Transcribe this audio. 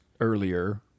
earlier